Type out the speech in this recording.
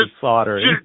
soldering